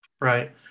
Right